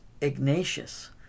Ignatius